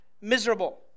miserable